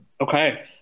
okay